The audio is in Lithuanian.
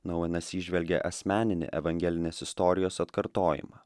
nouenas įžvelgė asmeninį evangelinės istorijos atkartojimą